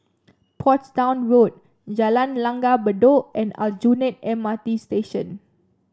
Portsdown Road Jalan Langgar Bedok and Aljunied M R T Station